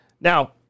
Now